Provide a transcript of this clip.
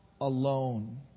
alone